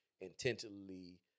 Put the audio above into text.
intentionally